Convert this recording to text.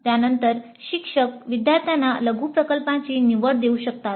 त्यानंतर शिक्षक विद्यार्थ्यांना लघु प्रकल्पांची निवड देऊ शकतात